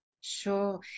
Sure